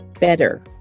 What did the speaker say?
better